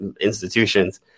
institutions